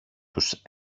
τους